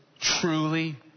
truly